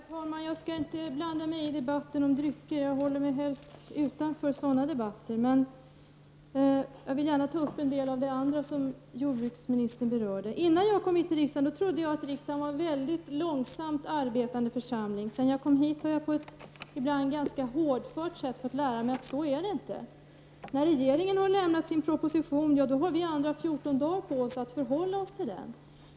Herr talman! Jag skall inte blanda mig i debatten om drycker; jag håller mig helst utanför sådana debatter. Men jag vill gärna ta upp en del av det andra som jordbruksministern berörde. Innan jag kom hit till riksdagen trodde jag att riksdagen var en mycket långsamt arbetande församling. Sedan jag kom hit har jag på ett ibland ganska hårdhänt sätt fått lära mig att så är det inte. När regeringen har lämnat sin proposition, har vi andra 14 dagar på oss att förhålla oss till den.